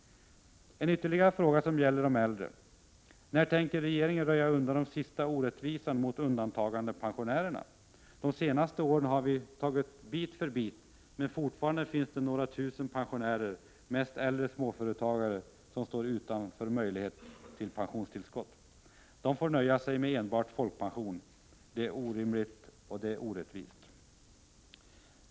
En ytterligare fråga som gäller de äldre: När tänker regeringen röja undan den sista orättvisan mot undantagandepensionärerna? De senaste åren har vi tagit bit för bit, men fortfarande finns det några tusen pensionärer, mest äldre småföretagare, som står utan möjligheter till pensionstillskott. De får nöja sig med enbart folkpension. Det är orimligt och orättvist.